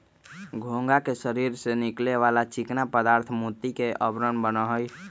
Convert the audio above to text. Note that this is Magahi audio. घोंघा के शरीर से निकले वाला चिकना पदार्थ मोती के आवरण बना हई